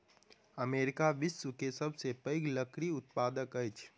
America विश्व के सबसे पैघ लकड़ी उत्पादक अछि